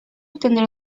obtenía